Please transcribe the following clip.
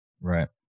Right